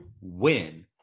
win